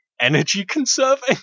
energy-conserving